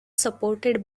supported